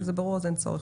מובילה בצובר.